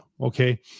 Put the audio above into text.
okay